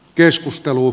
keskustelu